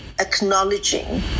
acknowledging